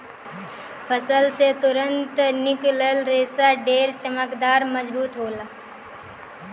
फसल से तुरंते निकलल रेशा ढेर चमकदार, मजबूत होला